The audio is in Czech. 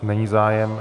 Není zájem.